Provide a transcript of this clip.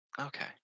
Okay